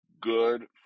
good